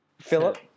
philip